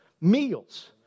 meals